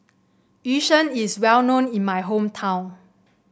Yu Sheng is well known in my hometown